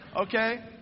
Okay